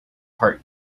heart